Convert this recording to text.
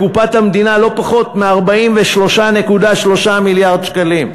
לקופת המדינה לא פחות מ-43.3 מיליארד שקלים,